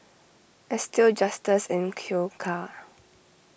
Estill Justus and Q car